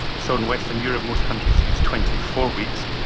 so in western europe most countries use twenty four weeks,